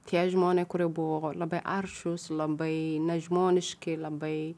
tie žmonė kurie buvo labai aršūs labai nežmoniški labai